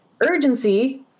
urgency